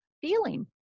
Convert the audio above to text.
feeling